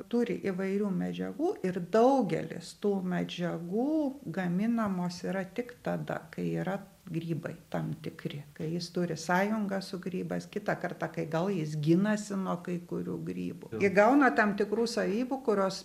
turi įvairių medžiagų ir daugelis tų medžiagų gaminamos yra tik tada kai yra grybai tam tikri kai jis turi sąjungą su grybas kitą kartą kai gal jis ginasi nuo kai kurių grybų įgauna tam tikrų savybių kurios